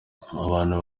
abantu